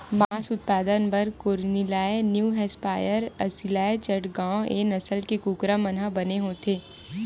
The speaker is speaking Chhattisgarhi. मांस उत्पादन बर कोरनिलए न्यूहेपसायर, असीलए चटगाँव ए नसल के कुकरा मन ह बने होथे